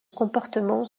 comportement